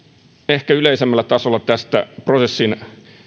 ehkä yleisemmällä tasolla tästä prosessin